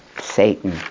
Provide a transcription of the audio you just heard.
Satan